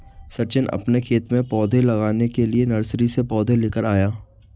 सचिन अपने खेत में पौधे लगाने के लिए नर्सरी से पौधे लेकर आया